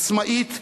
עצמאית,